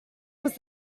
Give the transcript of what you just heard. was